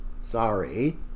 Sorry